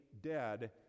dead